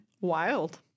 Wild